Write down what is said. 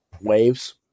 waves